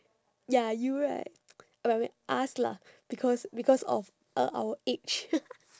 ya you right oh I meant us lah because because of uh our age